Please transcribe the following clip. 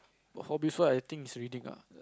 hobby I think is reading ah